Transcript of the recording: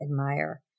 admire